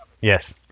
Yes